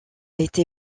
été